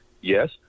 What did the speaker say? Yes